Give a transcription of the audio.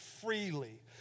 freely